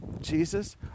Jesus